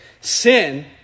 sin